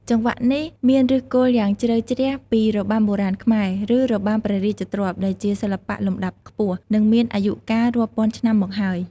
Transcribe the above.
ចង្វាក់នេះមានឫសគល់យ៉ាងជ្រៅជ្រះពីរបាំបុរាណខ្មែរ ឬរបាំព្រះរាជទ្រព្យ ដែលជាសិល្បៈលំដាប់ខ្ពស់ និងមានអាយុកាលរាប់ពាន់ឆ្នាំមកហើយ។